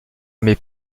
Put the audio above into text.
mes